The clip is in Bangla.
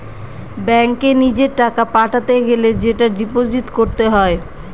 ব্যাঙ্কে নিজের টাকা পাঠাতে গেলে সেটা ডিপোজিট করতে হয়